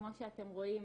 כמו שאתם רואים,